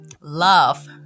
love